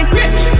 rich